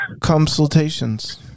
consultations